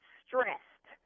stressed